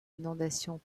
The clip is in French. inondations